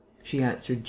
she answered,